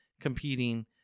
competing